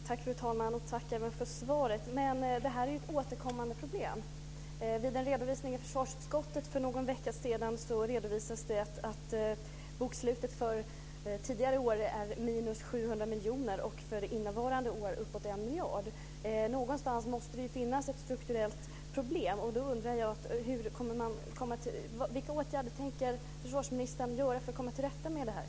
Fru talman! Tack för svaret. Detta är ju ett återkommande problem. Vid en redovisning i försvarsutskottet för någon vecka sedan redovisades det att bokslutet för tidigare år är minus 700 miljoner och för innevarande år uppåt 1 miljard. Någonstans måste det ju finnas ett strukturellt problem. Jag undrar vilka åtgärder försvarsministern tänker vidta för att komma till rätta med detta.